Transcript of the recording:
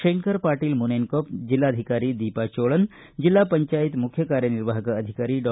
ಶಂಕರ ಪಾಟೀಲ ಮುನೇನಕೊಪ್ಪ ಜಿಲ್ಲಾಧಿಕಾರಿ ದೀಪಾ ಚೋಳನ್ ಜಿಪಂ ಮುಖ್ಯ ಕಾರ್ಯನಿರ್ವಾಪಕ ಅಧಿಕಾರಿ ಡಾ